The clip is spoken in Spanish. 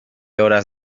horas